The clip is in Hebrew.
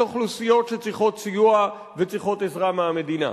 אוכלוסיות שצריכות סיוע וצריכות עזרה מהמדינה.